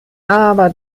aber